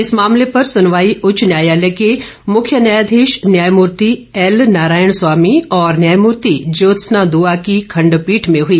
इस मामले पर सुनवाई उच्च न्यायालय के मुख्य न्यायाधीश न्यायमूर्ति एल नारायण स्वामी और न्यायमूर्ति जयोत्सना दुआ की ँखंडपीठ भें हुई